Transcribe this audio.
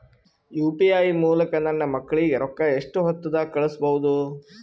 UPI ಮೂಲಕ ನನ್ನ ಮಕ್ಕಳಿಗ ರೊಕ್ಕ ಎಷ್ಟ ಹೊತ್ತದಾಗ ಕಳಸಬಹುದು?